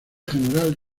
general